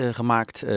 gemaakt